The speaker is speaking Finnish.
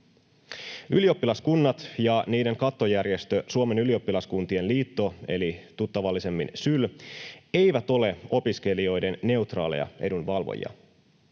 Ylioppilaskunnat ja niiden kattojärjestö Suomen ylioppilaskuntien liitto eli tuttavallisemmin SYL eivät ole opiskelijoiden neutraaleja edunvalvojia.